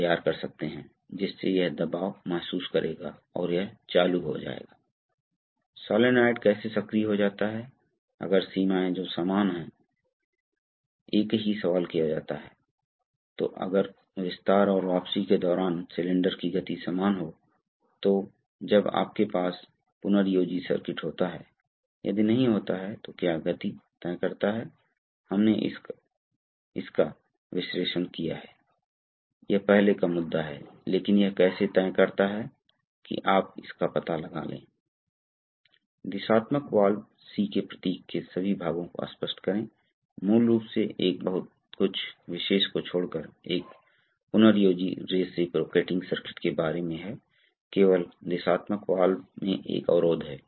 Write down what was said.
तो आप विचार कर सकते हैं इलेक्ट्रिक सिस्टम पर हाइड्रोलिक्स के मुख्य लाभ क्या हैं कुछ फायदे हैं जो मैंने पहले ही बता दिए हैं हाइड्रोलिक सिस्टम का प्रमुख लाभ यह है कि वे बहुत अधिक कम आकार का उपयोग करके अधिक शक्ति को संभाल सकते हैं इसलिए प्रमुख महत्व और एयरोस्पेस में उपयोग किया जाता है हम अगले पाठ में इस पर चर्चा करेंगे हमने पहचान की है आप हाइड्रोलिक प्रणाली के प्रमुख घटकों की पहचान कर सकते हैं यदि आप एक और तीन प्रमुख प्रकार के पंपों का निर्माण करना चाहते हैं जोकि हमने इस पर चर्चा की है और क्या अलग हैं दिशात्मक वाल्वों का संचालन किया जा सकता है